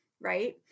Right